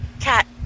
Cat